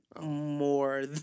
more